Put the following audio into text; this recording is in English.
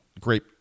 great